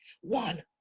one